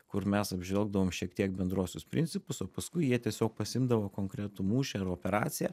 kur mes apžvelgdavom šiek tiek bendruosius principus o paskui jie tiesiog pasiimdavo konkretų mūšį ar operaciją